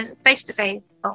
face-to-face